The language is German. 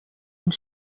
und